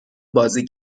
بازی